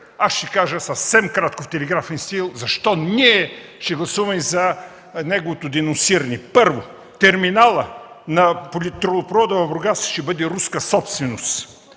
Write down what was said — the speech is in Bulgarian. на левицата. Съвсем кратко, в телеграфен стил ще кажа защо ние ще гласуваме за неговото денонсиране. Първо, терминалът на тръбопровода в Бургас ще бъде руска собственост,